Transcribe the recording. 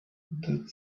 that